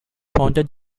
founded